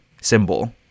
symbol